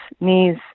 knees